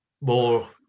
more